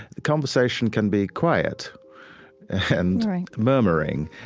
conversation can be quiet and murmuring,